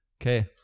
Okay